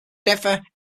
differ